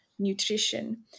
nutrition